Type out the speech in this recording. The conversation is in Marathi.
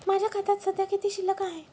माझ्या खात्यात सध्या किती शिल्लक आहे?